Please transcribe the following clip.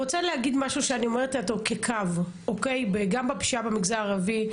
אני רוצה להגיד משהו שאני אומרת אותו כקו: גם בפשיעה במגזר הערבי,